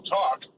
talk